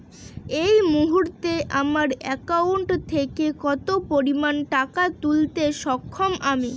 এই মুহূর্তে আমার একাউন্ট থেকে কত পরিমান টাকা তুলতে সক্ষম আমি?